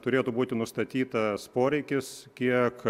turėtų būti nustatytas poreikis kiek